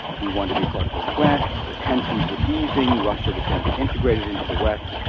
we want to be part of the west, the tensions were easing, russia was going to be integrated into the west,